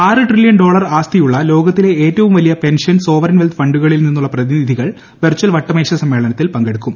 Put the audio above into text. ആറ് trillion dollar ആസ്തിയുള്ള ലോകത്തിലെ ഏറ്റവും വലിയ പെൻഷൻ സോവറിൻ വെൽത്ത് ഫണ്ടുകളിൽ നിന്നുള്ള പ്രതിനിധികൾ വെർചൽ വട്ടമേശ സമ്മേളനത്തിൽ പങ്കെടുക്കും